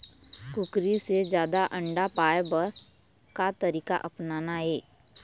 कुकरी से जादा अंडा पाय बर का तरीका अपनाना ये?